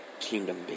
Kingdom